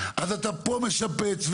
אז אתה פה משפץ,